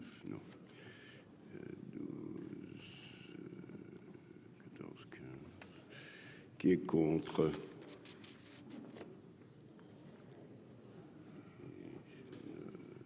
Qui est contre.